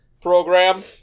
program